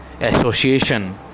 association